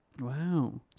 Wow